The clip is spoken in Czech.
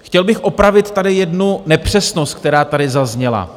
Chtěl bych opravit tady jednu nepřesnost, která tady zazněla.